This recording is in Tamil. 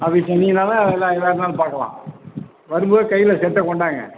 ஆஃபிஸ் வந்தீங்கனால் தான் என்ன எதாகருந்தாலும் பார்க்கலாம் வரும் போது கையில் செட்டை கொண்டாங்க